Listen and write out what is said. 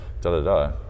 da-da-da